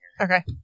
Okay